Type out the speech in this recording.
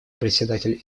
представитель